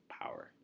power